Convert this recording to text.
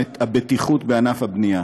הבטיחות בענף הבנייה,